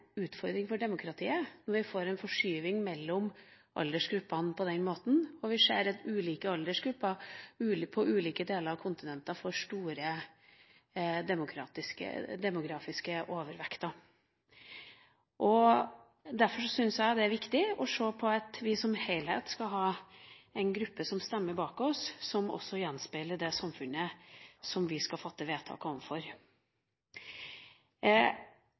utfordring for demokratiet når vi får en forskyvning mellom aldersgruppene på den måten, og vi ser at det for ulike aldersgrupper i ulike deler av kontinentet blir en stor demografisk overvekt. Derfor syns jeg det er viktig å se på at vi som en helhet har bak oss en gruppe som stemmer som gjenspeiler det samfunnet vi skal fatte vedtak